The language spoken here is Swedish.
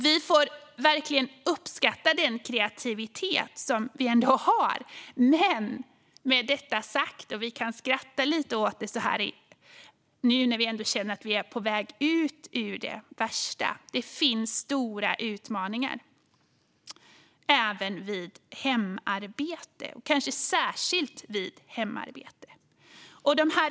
Vi får verkligen uppskatta den kreativitet vi ändå har, men med detta sagt - vi kan skratta lite när vi känner att vi är på väg ut ur det värsta - finns det fortfarande stora utmaningar, kanske särskilt vid hemarbete.